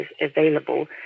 available